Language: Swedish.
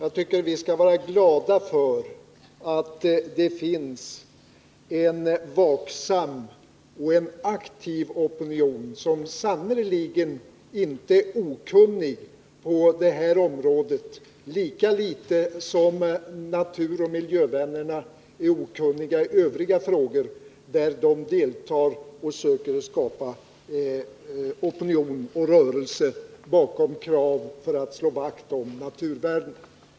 Vi skall vara glada att det finns en vaksam och aktiv opinion, som sannerligen inte är okunnig på detta område — lika litet som naturoch miljövännerna är okunniga i övriga frågor där de deltar och söker skapa opinion och rörelse bakom krav för att slå vakt om naturvärden.